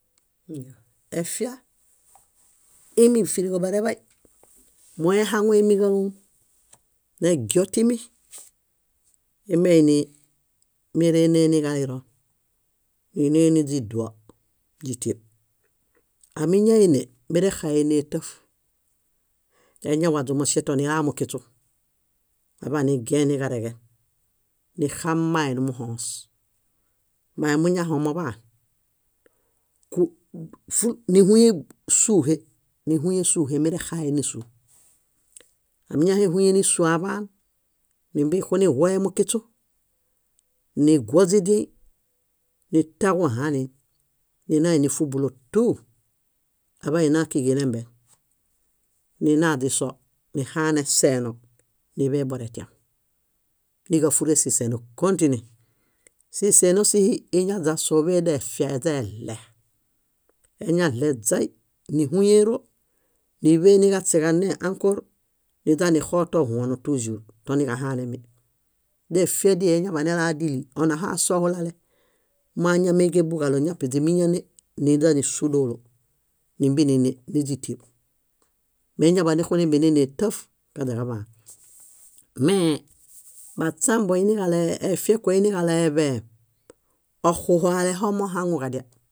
Efia, iimifiriġo bareḃay, moo ehaŋuemiġalom, negio timi, ee meini mérene niġalirõ, níne niźiduo, źítub. Aa míñaene, mérexaheene táf. Eñawaźu moŝeto, nila mukiśu aḃaan nigien niġareġe, nixa mmahe nimuhõs, mmahe muñahõ moḃaan ku fu níhuye súhe, merexahe nísu. Ámiñaehuyenisu aḃaan, nímbie xunihue mukiśu, niguo źidiẽy, nitaġuhãlin, ninae nífubulo ttú aḃa ina kíġi ilemben, nina źiso nihaane seeno níḃe boretian. Níġafure siseeno kõtine. Siseeno síhi iñaźa sóḃe defia eźa eɭe. Eñaɭe źay, níhuyeero, níḃe niġaśeġane ãkor niźanixo too huono túĵur, toniġahanemi. Defi díi eñaḃa nelaa díli onaho asohulae, moo áñameġebu ġaɭo ñapi źímiñane, niźanisu dólo nímbienine, níźitieb. Meñaḃa néxunembienene táf kaźaġaḃaan. Mee baśambo, iniġaɭo efiakue, iniġaɭo eḃeem, oxuho alehomohaŋuġadial.